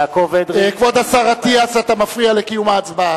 אינו נוכח